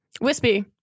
wispy